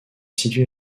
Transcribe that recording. située